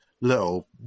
little